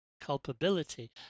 culpability